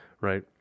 right